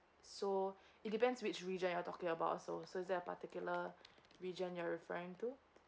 so it depends which region you're talking about so so that particular region you're referring to